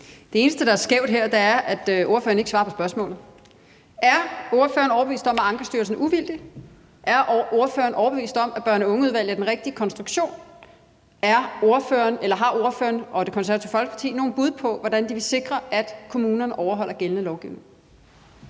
Det eneste, der er skævt her, er, at ordføreren ikke svarer på spørgsmålene: Er ordføreren overbevist om, at Ankestyrelsen er uvildig? Er ordføreren overbevist om, at børn og unge-udvalget er den rigtige konstruktion? Har ordføreren og Det Konservative Folkeparti nogle bud på, hvordan de vil sikre, at kommunerne overholder gældende lovgivning?